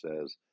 says